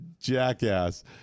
jackass